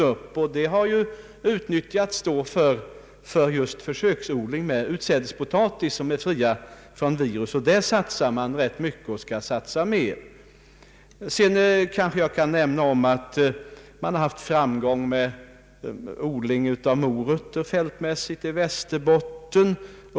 Detta förhållande har utnyttjats för just försöksodling av potatis, fria från virussjukdomar. Där satsar man rätt mycket och skall satsa ännu mer. Vidare kan jag nämna att man haft framgång med fältmässig odling av morötter i Västerbotten.